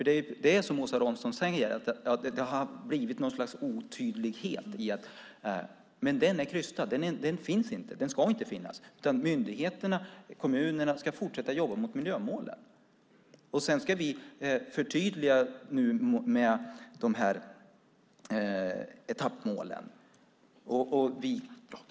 Det är som Åsa Romson säger, att det har blivit något slags otydlighet. Men den är krystad. Den finns inte. Den ska inte finnas. Myndigheterna och kommunerna ska fortsätta jobba mot miljömålen. Sedan ska vi förtydliga de här etappmålen.